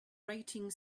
rating